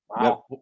Wow